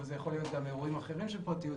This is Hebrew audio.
אבל זה יכול להיות גם אירועים אחרים של פרטיות,